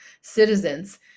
citizens